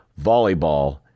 volleyball